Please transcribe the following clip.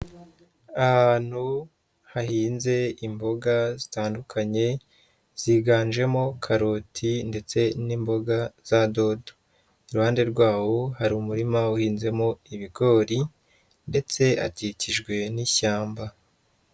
Ahantu hahinze imboga zitandukanye ziganjemo karoti ndetse n'imboga za dodo, iruhande rwaho hari umurima uhinzemo ibigori ndetse hakikijwe n'ishyamba.